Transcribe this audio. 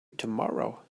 tomorrow